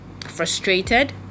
frustrated